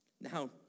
Now